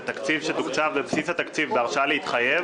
תקציב שתוקצב בבסיס התקציב בהרשאה להתחייב,